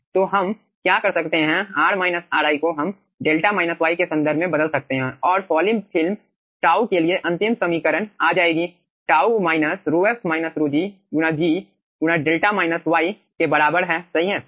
तो हम क्या कर सकते हैं को हम 𝛿 y के संदर्भ में बदल सकते हैं और फॉलिंग फिल्म τ के लिए अंतिम समीकरण आ जाएगी τ ρf ρg g 𝛿 y के बराबर है सही है